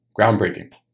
groundbreaking